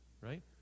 right